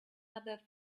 other